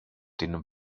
den